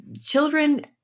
children